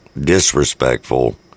disrespectful